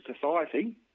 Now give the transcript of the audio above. society